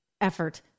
effort